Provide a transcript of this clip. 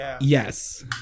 Yes